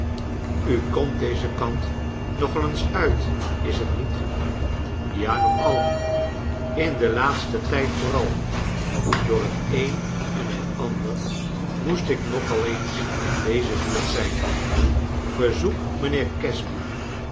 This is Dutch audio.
u komt dezen kant nog al eens uit is t niet ja nog al in den laatsten tijd vooral door het een en het ander moest ik nog al eens in deze buurt zijn verzoek mijnheer casby